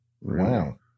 Wow